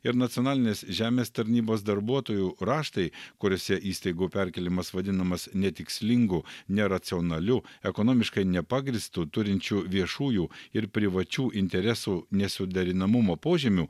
ir nacionalinės žemės tarnybos darbuotojų raštai kuriuose įstaigų perkėlimas vadinamas netikslingu neracionaliu ekonomiškai nepagrįstu turinčiu viešųjų ir privačių interesų nesuderinamumo požymių